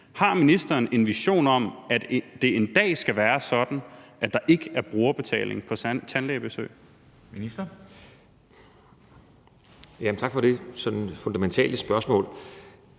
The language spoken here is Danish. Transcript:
Har ministeren en vision om, at det en dag skal være sådan, at der ikke er brugerbetaling for tandlægebesøg?